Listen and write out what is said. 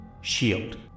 shield